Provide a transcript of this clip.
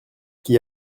qui